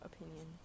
opinion